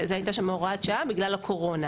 הייתה שם הוראת שעה בגלל הקורונה.